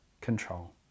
control